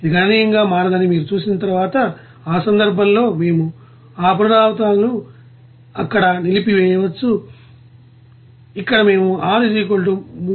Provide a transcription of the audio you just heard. ఇది గణనీయంగా మారదని మీరు చూసిన తర్వాత ఆ సందర్భంలో మేము ఆ పునరావృతాలను అక్కడ నిలిపివేయవచ్చు ఆ R మరియు సంబంధిత A విలువ P విలువ యొక్క తుది విలువను మేము ఎంచుకోవచ్చు